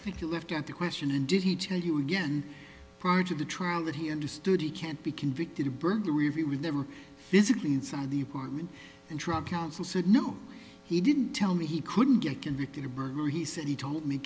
if you left out the question in did he tell you again prior to the trial that he understood he can't be convicted of burglary we would never physically inside the apartment and drug counsel said no he didn't tell me he couldn't get convicted of burglary he said he told me